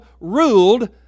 ruled